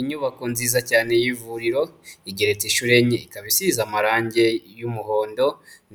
Inyubako nziza cyane y'ivuriro igeretse inshuro enye, ikaba isize amarange y'umuhondo